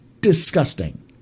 disgusting